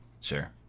sure